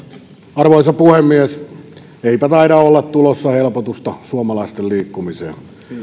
arvoisa puhemies eipä taida olla tulossa helpotusta somalaisten liikkumiseen